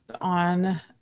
on